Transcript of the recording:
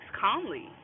calmly